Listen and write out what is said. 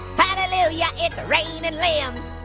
hallelujah it's rainin' and limbs,